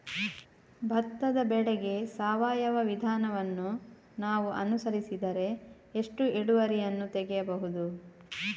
ಭತ್ತದ ಬೆಳೆಗೆ ಸಾವಯವ ವಿಧಾನವನ್ನು ನಾವು ಅನುಸರಿಸಿದರೆ ಎಷ್ಟು ಇಳುವರಿಯನ್ನು ತೆಗೆಯಬಹುದು?